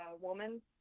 woman